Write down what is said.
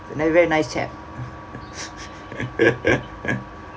a very nice chap